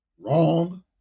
wrong